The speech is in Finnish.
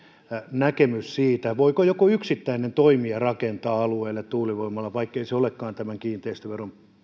näkemys siitä voiko joku yksittäinen toimija rakentaa alueelleen tuulivoimalan vaikkei se olekaan tämän kiinteistöveron